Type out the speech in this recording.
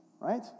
right